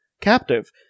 captive